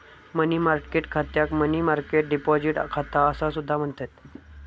मनी market खात्याक money market deposit खाता असा सुद्धा म्हणतत